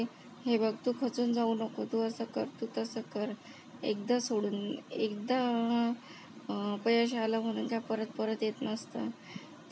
की हे बघ तू खचून जाऊ नको तू असं कर तू तसं कर एकदा सोडून एकदा अपयश आलं म्हणून काय परत परत येत नसतं